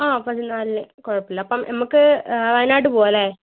ആ പതിനാലിന് കുഴപ്പമില്ല അപ്പം ഞമ്മക്ക് വയനാട് പോവാമല്ലേ